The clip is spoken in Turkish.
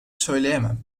söyleyemem